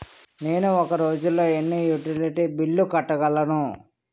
నేను ఒక రోజుల్లో ఎన్ని యుటిలిటీ బిల్లు కట్టగలను?